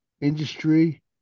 industry